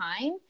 time